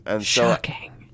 Shocking